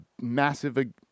massive